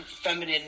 feminine